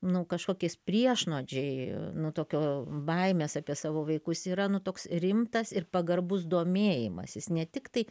nu kažkokiais priešnuodžiai nu tokio baimės apie savo vaikus yra nu toks rimtas ir pagarbus domėjimasis ne tiktai